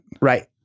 Right